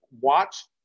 watch